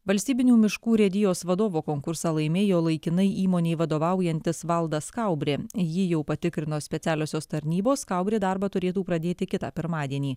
valstybinių miškų urėdijos vadovo konkursą laimėjo laikinai įmonei vadovaujantis valdas kaubrė jį jau patikrino specialiosios tarnybos kaubrė darbą turėtų pradėti kitą pirmadienį